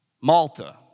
Malta